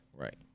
Right